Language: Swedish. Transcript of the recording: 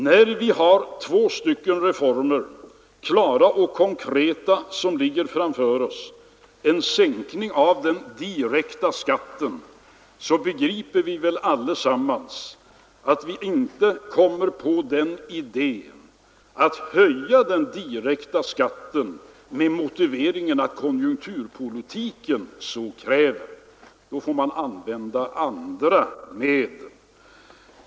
När två klara och konkreta reformer ligger framför oss och vi skall sänka den direkta skatten begriper väl alla att vi inte kommer på idén att höja den direkta skatten med motiveringen att konjunkturpolitiken så kräver. Då får man använda andra medel.